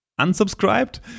unsubscribed